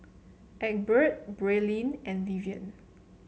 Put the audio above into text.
Egbert Braelyn and Vivian